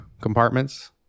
compartments